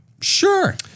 Sure